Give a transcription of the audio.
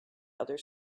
other